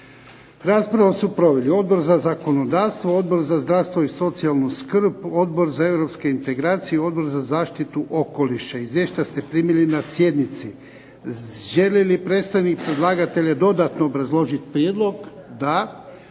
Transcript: Raspravu su proveli Odbor za zakonodavstvo, Odbor za zdravstvo i socijalnu skrb, Odbor za europske integracije i Odbor za zaštitu okoliša. Izvješća ste primili na sjednici. Želi li predstavnik predlagatelja dodatno obrazložiti prijedlog? Da.